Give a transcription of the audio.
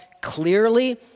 clearly